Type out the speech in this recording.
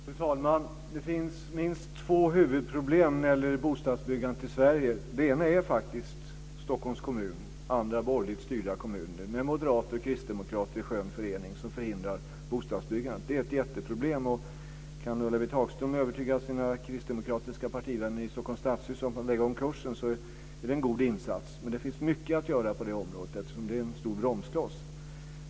Fru talman! Det finns minst två huvudproblem när det gäller bostadsbyggandet i Sverige. Det ena är faktiskt Stockholms kommun och andra borgerligt styrda kommuner med moderater och kristdemokrater i skön förening som förhindrar bostadsbyggandet. Det är ett jätteproblem. Om Ulla-Britt Hagström kan övertyga sina kristdemokratiska partivänner i Stockholms stadshus om att de ska lägga om kursen är det en god insats. Men det finns mycket att göra på det området, eftersom det här är en stor bromskloss.